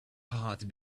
heart